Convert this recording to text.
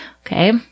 Okay